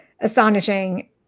astonishing